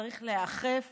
צריכות להיאכף